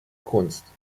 kunst